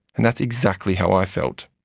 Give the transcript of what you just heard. and that's exactly how i felt.